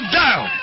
down